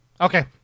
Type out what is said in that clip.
okay